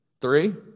Three